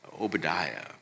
Obadiah